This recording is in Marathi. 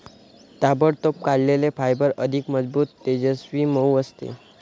ताबडतोब काढलेले फायबर अधिक मजबूत, तेजस्वी, मऊ असते